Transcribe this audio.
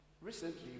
Recently